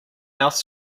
else